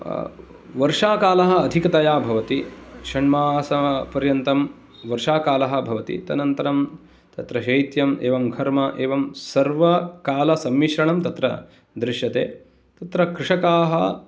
वर्षाकालः अधिकतया भवति षण्मासपर्यन्तं वर्षाकालः भवति तदनन्तरं तत्र शैत्यम् एवं घर्म एवं सर्वकालसम्मिश्रणं तत्र दृश्यते तत्र कृषकाः